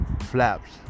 flaps